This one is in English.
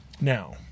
Now